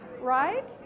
right